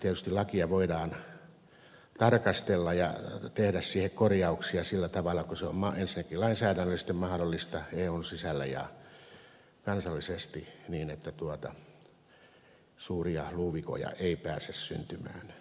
tietysti lakia voidaan tarkastella ja tehdä siihen korjauksia sillä tavalla kuin se on ensinnäkin lainsäädännöllisesti mahdollista eun sisällä ja kansallisesti niin että suuria luuvikoja ei pääse syntymään